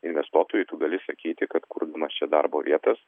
investuotojui tu gali sakyti kad kurdamas šią darbo vietas